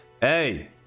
Hey